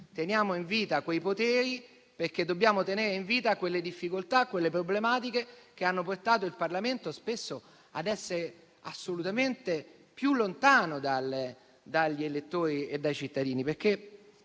Teniamo in vita quei poteri perché dobbiamo tenere in vita quelle difficoltà e quelle problematiche che spesso hanno portato il Parlamento ad essere assolutamente più lontano dagli elettori e dai cittadini.